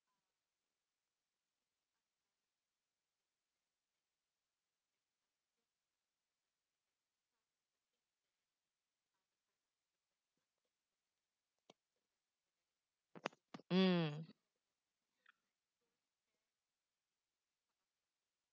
mm